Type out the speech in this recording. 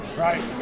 Right